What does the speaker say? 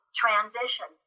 transition